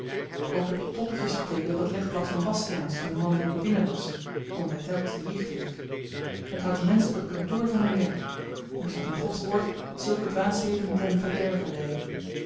ook heb je poppetjes geteekend op t legblad van bastiaans toen de man weer niet binnen was omdat hy telkens de jicht heeft dat houdt de menschen op t kantoor van hun werk en er staat in gods woord dat zulke dwaasheden ten verderve leiden